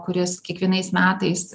kuris kiekvienais metais